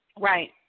Right